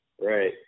Right